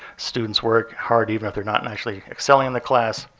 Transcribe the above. students work hard even if they're not and actually excelling in the class.